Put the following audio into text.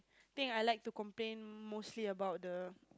think I like to complain mostly about the